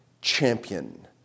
champion